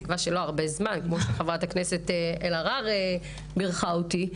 בתקווה שלא הרבה זמן כמו שחה"כ אלהרר בירכה אותי.